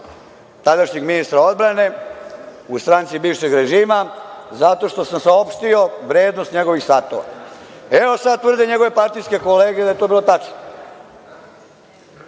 tadašnjeg ministra odbrane u stranci bivšeg režima, zato što sam saopštio vrednost njegovih satova. Evo, sad tvrde njegove partijske kolege da je to bilo tačno,